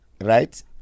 right